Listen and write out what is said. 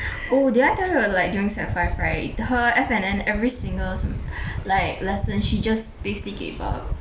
oh did I tell you eh like during sec five right her F&N every single like lesson she just basically gave up